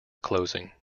closing